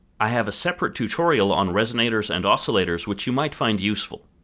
i have a separate tutorial on resonators and oscillators which you might find useful.